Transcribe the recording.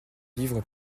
livre